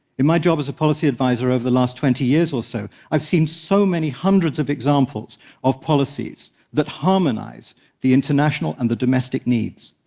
in my job as a policy advisor over the last twenty years or so, i've seen so many hundreds of examples of policies that harmonize the international and the domestic needs,